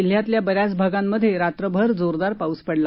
जिल्ह्यातल्या बऱ्याच भागांमधे रात्रभर जोरदार पाऊस पडला